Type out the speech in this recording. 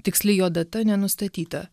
tiksli jo data nenustatyta